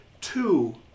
two